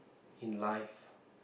in life